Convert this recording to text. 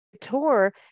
tour